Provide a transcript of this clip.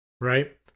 Right